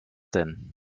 denn